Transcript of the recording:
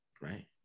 Right